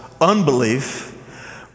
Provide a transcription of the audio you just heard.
unbelief